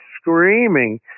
screaming